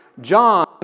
John